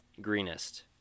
greenest